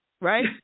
right